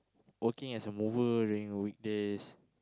working as a mover during the weekdays